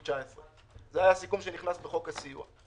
19'. זה היה הסיכום שנכנס בחוק הסיוע.